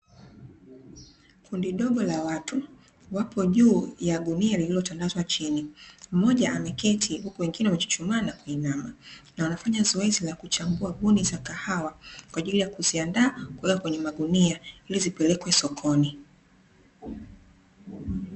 Kundi dogo la watu wapo juu ya gunia lililotandazwa chini, mmoja ameketi, huku wengine wamechuchumaa na kuinama, na wanafanya zoezi la kuchambua buni za kahawa kwa ajili ya kuziandaa, kuweka kwenye magunia ilizipelekwe sokoni.